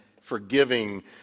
forgiving